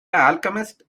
alchemist